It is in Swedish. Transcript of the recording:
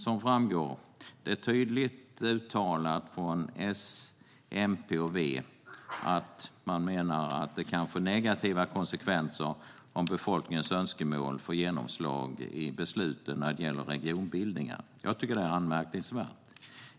Det är alltså tydligt uttalat från S, MP och V att det kan få negativa konsekvenser om befolkningens önskemål får genomslag i besluten när det gäller regionbildningar. Jag tycker att det är anmärkningsvärt.